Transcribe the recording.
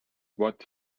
what